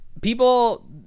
people